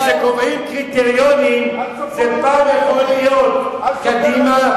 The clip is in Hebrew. כשקובעים קריטריונים זה פעם יכול להיות קדימה,